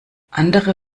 andere